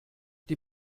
die